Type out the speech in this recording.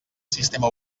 sistema